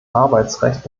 arbeitsrecht